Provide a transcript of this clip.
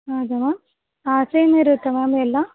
ಹೌದ ma'am same ಇರುತ್ತ ma'am ಎಲ್ಲ